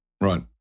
Right